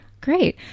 Great